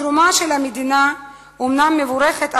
התרומה של המדינה אומנם מבורכת,